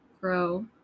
grow